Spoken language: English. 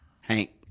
Hank